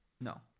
No